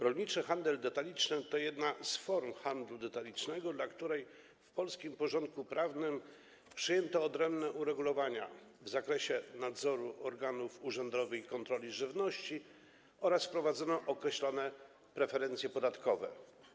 Rolniczy handel detaliczny to jedna z form handlu detalicznego, dla której w polskim porządku prawnym przyjęto odrębne uregulowania w zakresie nadzoru organów urzędowej kontroli żywności oraz wprowadzono określone preferencje podatkowe.